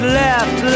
left